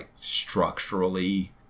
structurally